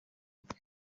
bwe